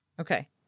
Okay